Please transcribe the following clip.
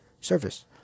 service